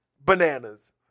bananas